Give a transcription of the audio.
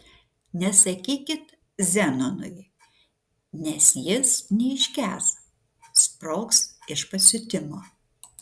nesakykit zenonui nes jis neiškęs sprogs iš pasiutimo